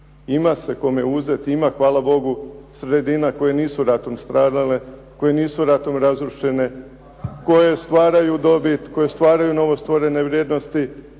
Ima se kome uzeti, ima hvala bogu sredina koje nisu ratom stradale, koje nisu ratom razrušene, koje stvaraju dobit, koje stvaraju novostvorene vrijednosti.